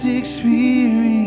experience